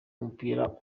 umupira